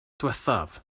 ddiwethaf